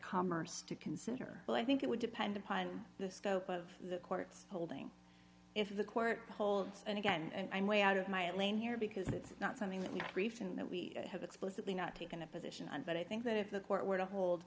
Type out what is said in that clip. commerce to consider but i think it would depend upon the scope of the court's holding if the court holds and again and i'm way out of my lane here because it's not something that you know refin that we have explicitly not taken a position on but i think that if the court were to hold